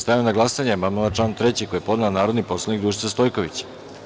Stavljam na glasanje amandman na član 3. koji je podnela narodni poslanik Dušica Stojković.